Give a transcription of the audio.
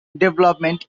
development